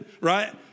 Right